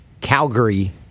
Calgary